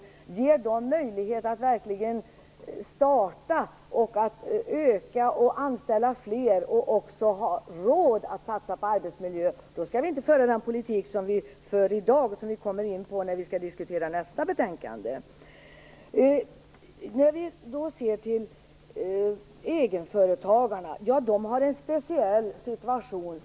Det handlar om att få möjlighet att starta och att utöka en verksamhet, om att kunna anställa fler och om ha råd att satsa på arbetsmiljön. Därför skall vi inte föra den politik som förs i dag och som vi kommer vi in på i debatten om nästa betänkande. Egenföretagarna, säger Ronny Olander, har en speciell situation.